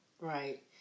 Right